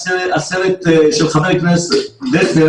הסרט של חבר הכנסת דיכטר